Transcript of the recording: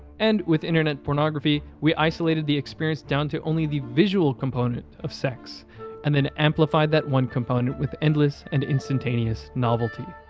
and, with internet pornograhy, we isolated the experience down to only the visual component of sex and then amplified that one component with endless and instantaneous novelty.